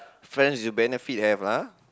friends with benefit have ah